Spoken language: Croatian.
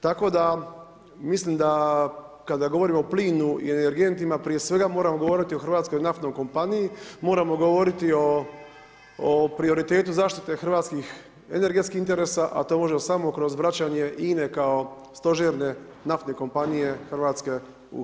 Tako da mislim da kada govorimo o plinu i energentima prije svega moramo govoriti o hrvatskoj naftnoj kompaniji, moramo govoriti o prioritetu zaštite hrvatskih energetskih interesa, a to možemo samo kroz vraćanje INA-e kao stožerne naftne kompanije Hrvatske u hrvatske ruke.